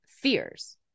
fears